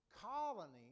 colony